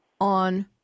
on